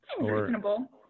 reasonable